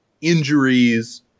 injuries